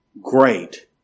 Great